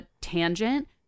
tangent